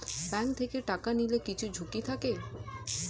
bank থেকে টাকা নিলে কিছু ঝুঁকি থাকে